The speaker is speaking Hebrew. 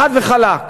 חד וחלק.